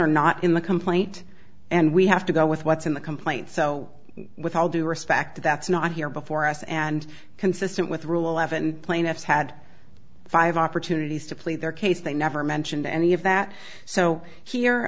are not in the complaint and we have to go with what's in the complaint so with all due respect that's not here before us and consistent with rule eleven plaintiffs had five opportunities to plead their case they never mentioned any of that so here